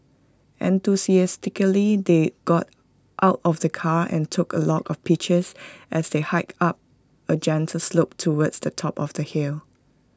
enthusiastically they got out of the car and took A lot of pictures as they hiked up A gentle slope towards the top of the hill